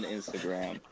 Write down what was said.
Instagram